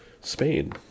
Spain